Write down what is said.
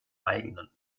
eigenen